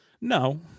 No